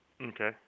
Okay